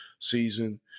season